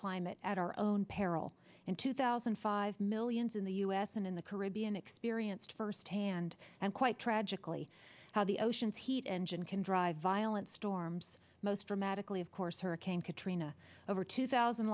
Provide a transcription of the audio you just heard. climate at our own peril in two thousand and five millions in the us and in the caribbean experienced firsthand and quite tragically how the oceans heat engine can drive violent storms most dramatically of course hurricane katrina over two thousand